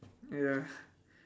ya